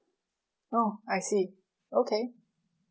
oh I see okay